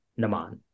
Naman